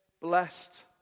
blessed